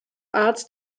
arts